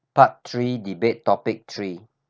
part three debate topic three